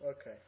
Okay